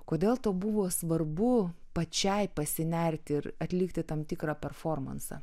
kodėl tau buvo svarbu pačiai pasinerti ir atlikti tam tikrą performansą